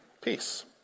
peace